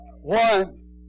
One